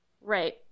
Right